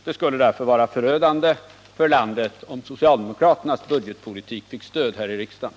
Det skulle därför vara förödande för landet om socialdemokraternas budgetpolitik fick stöd här i riksdagen.